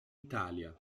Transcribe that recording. italia